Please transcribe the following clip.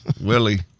Willie